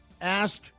asked